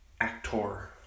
actor